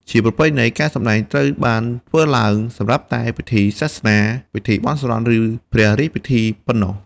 ជាប្រពៃណី ការសម្តែងត្រូវបានធ្វើឡើងសម្រាប់តែ ពិធីសាសនា ពិធីបន់ស្រន់ ឬព្រះរាជពិធីប៉ុណ្ណោះ។